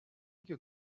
que